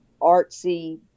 artsy